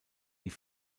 die